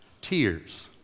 tears